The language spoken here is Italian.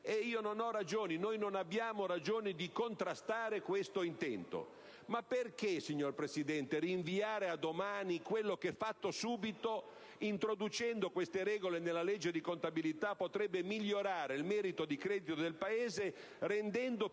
la Costituzione, e noi non abbiamo ragione di contrastare questo intento. Ma perché, signor Presidente, rinviare a domani quello che, fatto subito, introducendo queste regole nella legge di contabilità, potrebbe migliorare il merito di credito del Paese, rendendo più